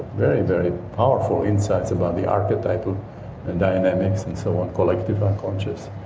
very very powerful insights about the archetypal dynamics and so on, collective unconscious.